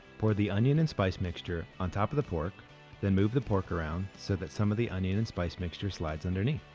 pour the onion and spice mixture on top of the pork then move the pork around so that some of the onion and spice mixture slides underneath.